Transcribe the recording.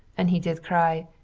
and he did cry,